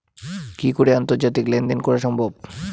কি করে আন্তর্জাতিক লেনদেন করা সম্ভব?